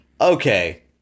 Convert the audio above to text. Okay